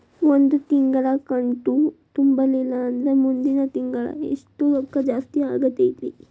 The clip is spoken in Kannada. ಒಂದು ತಿಂಗಳಾ ಕಂತು ತುಂಬಲಿಲ್ಲಂದ್ರ ಮುಂದಿನ ತಿಂಗಳಾ ಎಷ್ಟ ರೊಕ್ಕ ಜಾಸ್ತಿ ಆಗತೈತ್ರಿ?